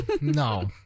No